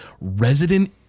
Resident